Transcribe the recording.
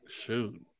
shoot